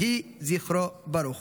יהי זכרו ברוך.